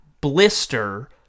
blister